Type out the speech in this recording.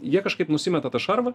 jie kažkaip nusimeta tą šarvą